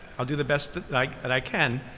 i'll do the best that like and i can.